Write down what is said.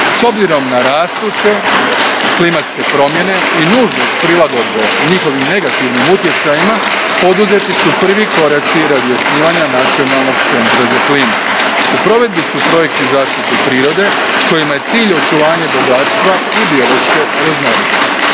S obzirom na rastuće klimatske promjene i nužnost prilagodbe njihovim negativnim utjecajima poduzeti su prvi koraci radi osnivanja nacionalnog Centra za klimu. U provedbi su projekti zaštite prirode kojima je cilj očuvanje bogatstva biološke raznolikosti.